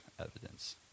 evidence